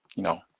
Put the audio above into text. know,